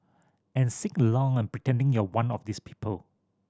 and sing along and pretending you're one of these people